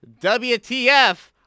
WTF